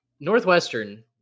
Northwestern